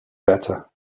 better